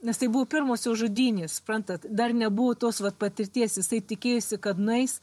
nes tai buvo pirmosios žudynės suprantat dar nebuvo tos vat patirties jisai tikėjosi kad nueis